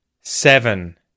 seven